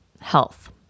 health